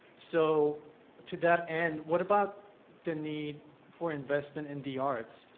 so to that end, what about the need for investment in the arts,